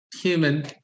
human